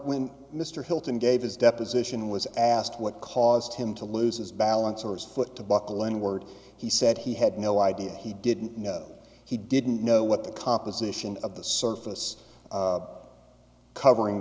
when mr hylton gave his deposition was asked what caused him to lose his balance or his foot to buckle in word he said he had no idea he didn't know he didn't know what the composition of the surface covering